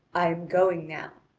i am going now,